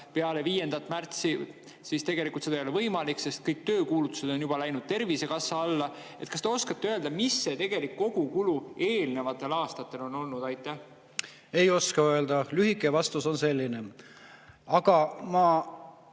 peale 5. märtsi, siis tegelikult see ei ole võimalik, sest kõik töökuulutused on juba läinud Tervisekassa alla. Kas te oskate öelda, mis see tegelik kogukulu eelnevatel aastatel on olnud? Ei oska öelda – lühike vastus on selline. Aga ma